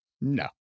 no